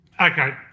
Okay